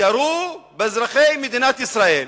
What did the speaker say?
ירו באזרחי מדינת ישראל,